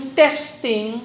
testing